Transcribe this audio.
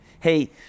Hey